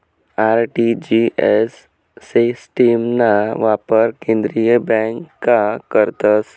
RTGS सिस्टिमना वापर केंद्रीय बँका करतस